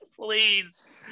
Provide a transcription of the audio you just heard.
Please